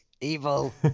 evil